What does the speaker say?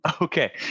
okay